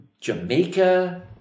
Jamaica